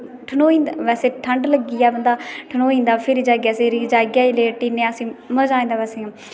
ठंडोई जंदा बेसे ठंड लग्गी जाए ते बंदा ठंडोई जंदा फिर रजाई च लेटी जने असी मझा आई जंदा बैसे